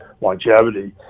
longevity